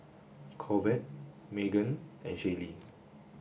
Corbett Meaghan and Shaylee